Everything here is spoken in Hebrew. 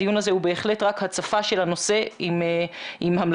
הדיון הזה הוא בהחלט רק הצפה של הנושא עם המלצות,